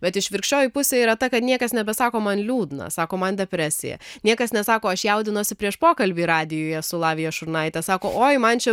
bet išvirkščioji pusė yra ta kad niekas nebesako man liūdna sako man depresija niekas nesako aš jaudinuosi prieš pokalbį radijuje su lavija šurnaite sako oi man čia